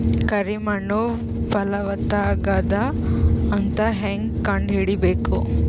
ಕರಿ ಮಣ್ಣು ಫಲವತ್ತಾಗದ ಅಂತ ಹೇಂಗ ಕಂಡುಹಿಡಿಬೇಕು?